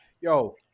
yo